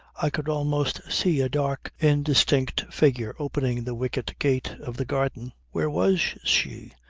i could almost see a dark indistinct figure opening the wicket gate of the garden. where was she?